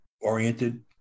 oriented